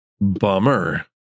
Bummer